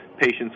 patients